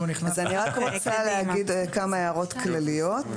אני רק רוצה להעיר כמה הערות כלליות: